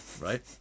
right